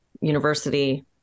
university